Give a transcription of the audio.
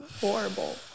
horrible